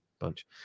bunch